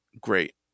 Great